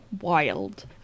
wild